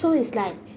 so is like